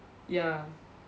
ya